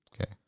Okay